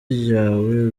ryawe